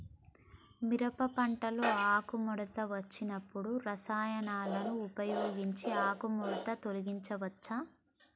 మిరప పంటలో ఆకుముడత వచ్చినప్పుడు రసాయనాలను ఉపయోగించి ఆకుముడత తొలగించచ్చా?